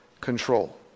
control